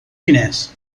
diners